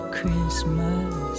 Christmas